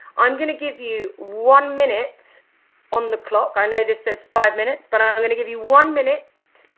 i'm gonna give you one minute on the clock, i know this says five minutes but i'm i'm gonna give you one minute,